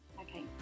Okay